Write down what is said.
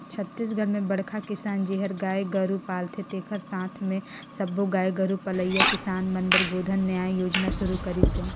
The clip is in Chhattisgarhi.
छत्तीसगढ़ में बड़खा किसान जेहर गाय गोरू पालथे तेखर साथ मे सब्बो गाय गोरू पलइया किसान मन बर गोधन न्याय योजना सुरू करिस हे